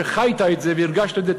שחיית את זה והרגשת את זה,